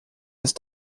ist